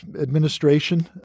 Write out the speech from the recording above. administration